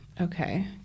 Okay